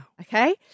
Okay